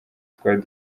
twari